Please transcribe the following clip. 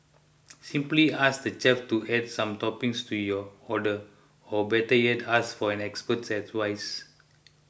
simply ask the chef to add some toppings to your order or better yet ask for an expert's advice